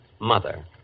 Mother